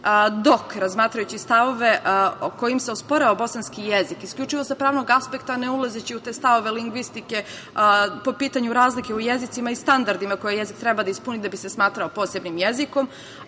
dok razmatrajući stavove kojima se osporava bosanski jezik, isključivo sa pravnog aspekta ne ulazeći u te stavove lingvistike po pitanju razlike u jezicima i standardima koje jezik treba da ispuni da bi se smatrao posebnim jezikom,